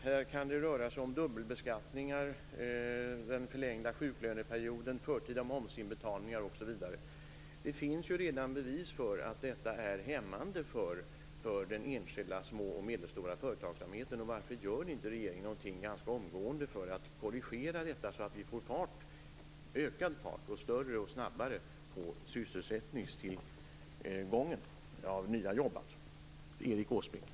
Det kan här röra sig om dubbelbeskattningar, den förlängda sjuklöneperioden, förtida momsinbetalningar osv. Det finns redan bevis för att detta är hämmande för de enskilda små och medelstora företagen. Varför gör inte regeringen någonting ganska omgående för att korrigera detta, så att vi får större och snabbare sysselsättningstillväxt, alltså nya jobb, finansminister Erik Åsbrink?